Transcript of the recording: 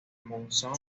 monzón